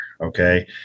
Okay